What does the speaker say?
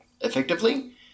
effectively